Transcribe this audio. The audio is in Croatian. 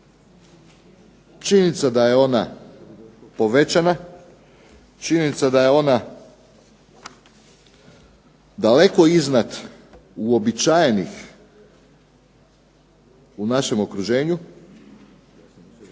Činjenica da je ona povećana, činjenica da je ona daleko iznad uobičajenih u našem okruženju